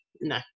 No